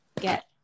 get